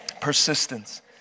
Persistence